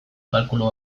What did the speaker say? kalkulu